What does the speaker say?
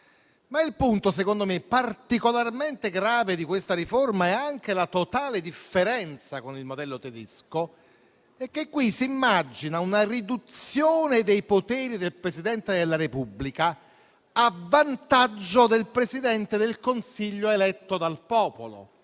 Il punto particolarmente grave di questa riforma e anche la totale differenza con il modello tedesco è che qui si immagina una riduzione dei poteri del Presidente della Repubblica a vantaggio del Presidente del Consiglio eletto dal popolo.